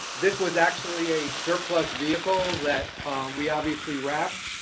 this was actually a surplus vehicle that we obviously wrapped.